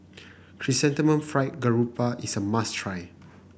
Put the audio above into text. Chrysanthemum Fried Garoupa is a must try